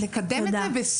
לקדם את זה,